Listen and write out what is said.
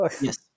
Yes